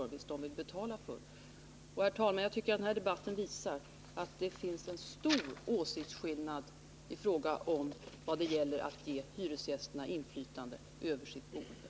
Jag tycker, herr talman, att den här debatten visar att det finns stora åsiktskillnader i fråga om vad hyresgästerna skall ha inflytande över i sitt boende.